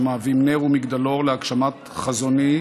שהיו נר ומגדלור להגשמת חזוני,